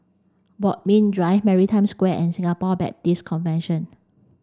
Bodmin Drive Maritime Square and Singapore Baptist Convention